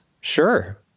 Sure